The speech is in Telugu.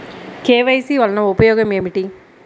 కే.వై.సి వలన ఉపయోగం ఏమిటీ?